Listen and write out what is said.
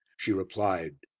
she replied,